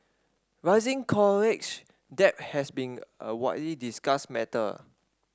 rising college debt has been a widely discussed matter